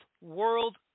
World